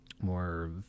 more